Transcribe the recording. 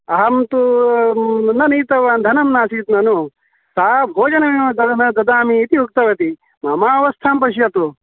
अहं तु न नीतवान् धनं नासीत् ननु सा भोजनमेव न न ददामि इति उक्तवती मम अवस्थां पश्यतु